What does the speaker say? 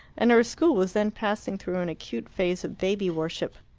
and her school was then passing through an acute phase of baby-worship.